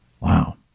Wow